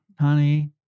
honey